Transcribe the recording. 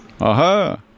Aha. (